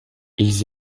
ils